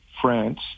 France